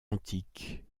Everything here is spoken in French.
antiques